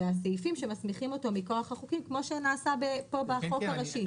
והסעיפים שמסמיכים אותו מכוח החוקים כמו שנעשה כאן בחוק הראשי.